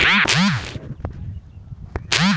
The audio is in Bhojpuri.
का कौनौ अईसन सामाजिक स्किम बा जौने से लड़की के लाभ हो?